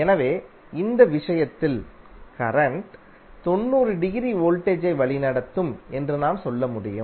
எனவே இந்த விஷயத்தில் கரண்ட் 90 டிகிரி வோல்டேஜ் ஐ வழிநடத்தும் என்று நாம் சொல்ல முடியும்